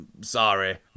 Sorry